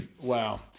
wow